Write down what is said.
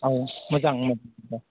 औ मोजांमोन